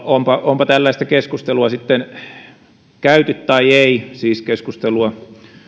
onpa onpa tällaista keskustelua sitten käyty tai ei siis keskustelua